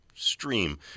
stream